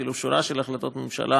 אפילו שורה של החלטות ממשלה,